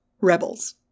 Rebels